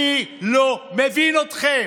אני לא מבין אתכם.